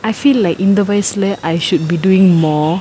I feel like இந்த வயசுல:intha vayasula I should be doing more